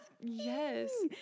yes